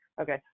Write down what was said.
Okay